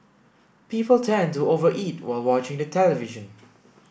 people tend to over eat while watching the television